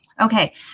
Okay